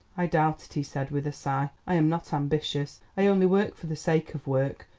i doubt it, he said with a sigh. i am not ambitious. i only work for the sake of work,